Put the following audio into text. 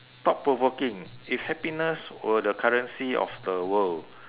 thought provoking if happiness were the currency of the world